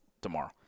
tomorrow